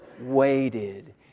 waited